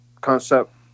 concept